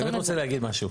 אני באמת רוצה להגיד משהו.